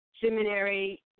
seminary